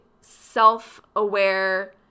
self-aware